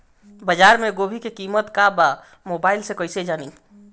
बाजार में गोभी के कीमत का बा मोबाइल से कइसे जानी?